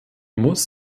muss